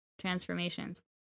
transformations